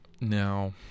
Now